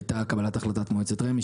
הייתה קבלת מועצת רמ"י,